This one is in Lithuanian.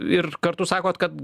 ir kartu sakot kad